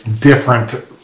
different